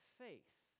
faith